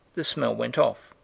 the smell went off.